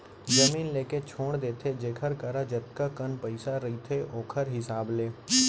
जमीन लेके छोड़ देथे जेखर करा जतका कन पइसा रहिथे ओखर हिसाब ले